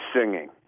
singing